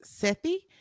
Sethi